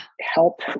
help